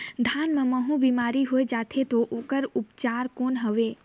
धान मां महू बीमारी होय जाथे तो ओकर उपचार कौन हवे?